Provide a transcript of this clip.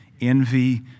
envy